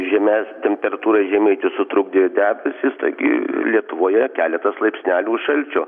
žemes temperatūrai žemėti sutrukdė debesys taigi lietuvoje keletas laipsnelių šalčio